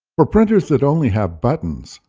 for printers that only have buttons,